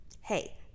Hey